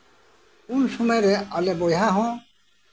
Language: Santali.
ᱩᱱ ᱥᱚᱢᱚᱭᱨᱮ ᱟᱞᱨ ᱵᱚᱭᱦᱟ ᱦᱚᱸ